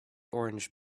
orange